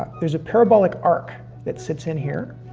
ah there's a parabolic arc that sits in here,